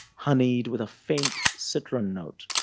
honeyed with a faint citron note.